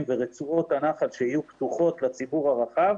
ורצועות הנחל שיהיו פתוחות לציבור הרחב,